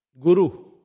Guru